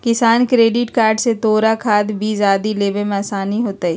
किसान credit card से तोरा खाद, बीज आदि लेवे में आसानी होतउ